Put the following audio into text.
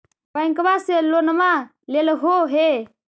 बैंकवा से लोनवा लेलहो हे?